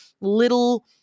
little